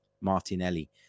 Martinelli